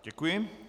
Děkuji.